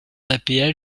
d’apl